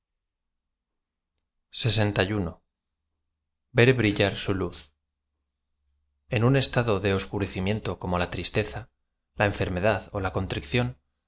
l ver b rilla r su luz en un estado de oscurecimiento como la tristeza la enfermedad ó la contrición